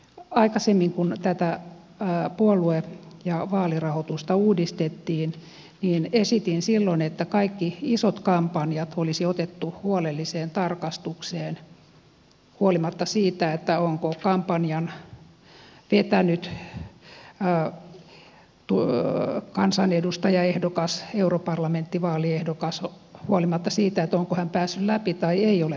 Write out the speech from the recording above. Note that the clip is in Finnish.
aikaisemmin kun tätä puolue ja vaalirahoitusta uudistettiin esitin että kaikki isot kampanjat olisi otettu huolelliseen tarkastukseen huolimatta siitä onko kampanjan vetänyt kansanedustajaehdokas europarlamenttivaaliehdokas huolimatta siitä onko hän päässyt läpi vai ei ole päässyt läpi